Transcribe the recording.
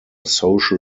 social